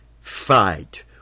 fight